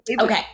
okay